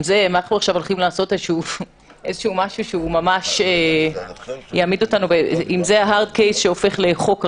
אם אנחנו הולכים לעשות משהו שהוא ה-Hard case שהופך לחוק רע,